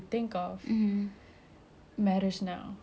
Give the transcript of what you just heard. cause it's what like even the